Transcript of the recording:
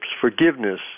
forgiveness